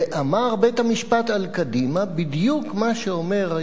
ואמרו נציגי המערכת המשפטית על קדימה בדיוק מה שאומרת